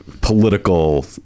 political